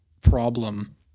problem